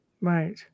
Right